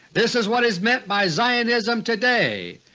this is what is meant by zionism today,